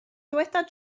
dyweda